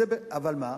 אבל מה,